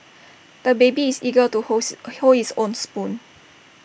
the baby is eager to holds hold his own spoon